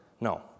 No